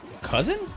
cousin